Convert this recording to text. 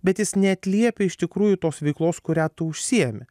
bet jis neatliepia iš tikrųjų tos veiklos kurią tu užsiemi